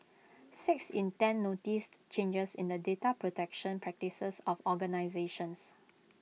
six in ten noticed changes in the data protection practices of organisations